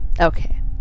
Okay